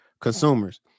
consumers